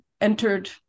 entered